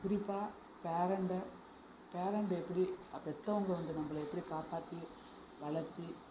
குறிப்பாக பேரண்டை பேரண்டு எப்படி பெற்றவங்க வந்து நம்மளை எப்படி காப்பாற்றி வளர்த்தி